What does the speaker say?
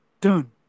done